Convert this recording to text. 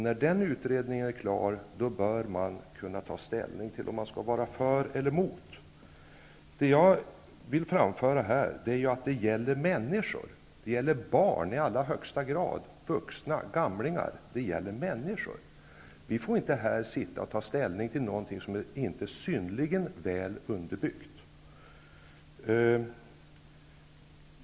När utredningen är klar bör man kunna ta ställning till om man skall rösta för eller emot. Jag vill framföra här att det vi talar om i högsta grad gäller barn, vuxna och gamlingar. Det gäller människor. Vi får inte sitta här och ta ställning till något som inte är synnerligen väl underbyggt.